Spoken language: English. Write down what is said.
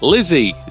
Lizzie